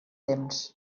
temps